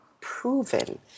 proven